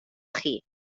chi